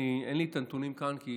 אין לי נתונים כאן, כי